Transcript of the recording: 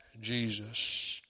Jesus